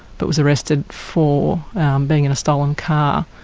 but was arrested for being in a stolen car.